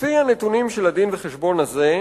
לפי הנתונים של הדין-וחשבון הזה,